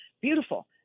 Beautiful